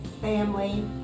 family